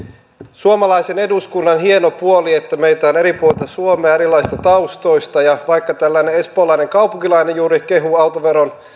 suomalaisen eduskunnan hieno puoli että meitä on eri puolilta suomea erilaisista taustoista ja vaikka tällainen espoolainen kaupunkilainen juuri kehui autoveron